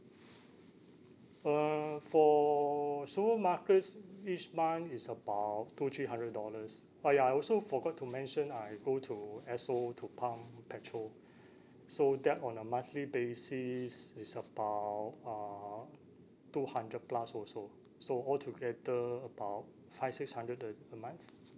uh for supermarkets each month is about two three hundred dollars oh ya I also forgot to mention I go to esso to pump petrol so that on a monthly basis is about uh two hundred plus also so all together about five six hundred the a month